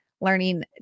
learning